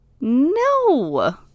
No